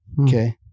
Okay